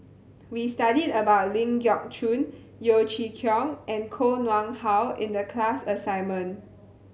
we studied about Ling Geok Choon Yeo Chee Kiong and Koh Nguang How in the class assignment